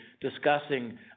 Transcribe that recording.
discussing